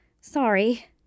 Sorry